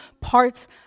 parts